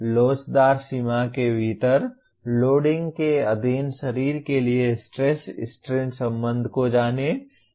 लोचदार सीमा के भीतर लोडिंग के अधीन शरीर के लिए स्ट्रेस स्ट्रेन संबंध को जानें